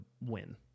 win